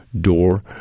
door